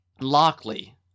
Lockley